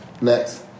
Next